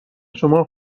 شما